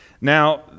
now